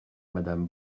madame